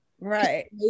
Right